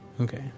Okay